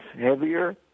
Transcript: heavier